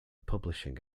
publishing